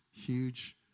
huge